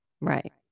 right